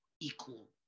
equal